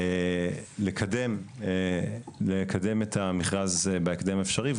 לקדם את המכרז בהקדם האפשרי,